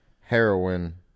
heroin